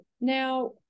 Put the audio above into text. now